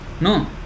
No